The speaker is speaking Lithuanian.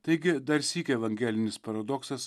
taigi dar sykį evangelinis paradoksas